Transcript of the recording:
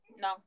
no